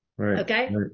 okay